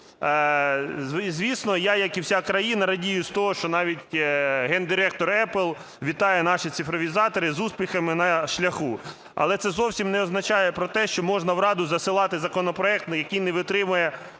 Звісно, я, як і вся країна, радію з того, що навіть гендиректор Apple вітає наших цифровізаторів з успіхами на шляху, але це зовсім не означає про те, що можна в Раду засилати законопроект, який не витримує